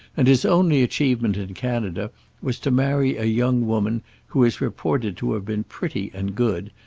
and his only achievement in canada was to marry a young woman who is reported to have been pretty and good,